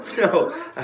No